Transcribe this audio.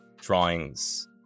drawings